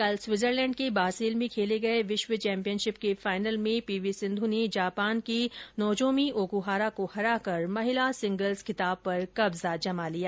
कल स्विट्जरलैण्ड के बासेल में खेले गये विश्व चैम्पियनशिप के फाइनल में पी वी सिंधु ने जापान की नोजोमी ओकुहारा को हराकर महिला सिंगल्स खिताब पर कब्जा जमा लिया